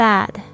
Bad